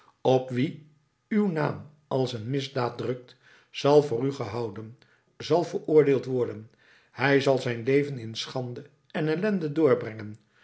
op wien uw naam als een misdaad drukt zal voor u gehouden zal veroordeeld worden hij zal zijn leven in schande en ellende doorbrengen